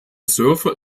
server